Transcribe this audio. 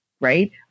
Right